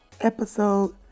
episode